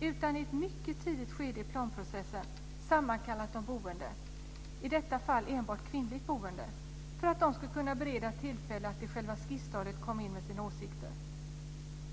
utan också, i ett mycket tidigt skede i planprocessen, sammankalla de boende - i detta fall enbart kvinnliga boende - för att de ska kunna beredas tillfälle att på själva skisstadiet komma in med sina åsikter.